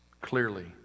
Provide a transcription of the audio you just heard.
clearly